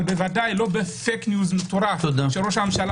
אבל לא בפייק ניוז מטורף שראש הממשלה